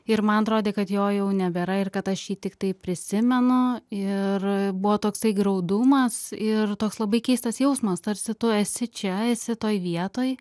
ir man atrodė kad jo jau nebėra ir kad aš jį tiktai prisimenu ir buvo toksai graudumas ir toks labai keistas jausmas tarsi tu esi čia esi toj vietoj